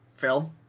Phil